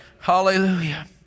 Hallelujah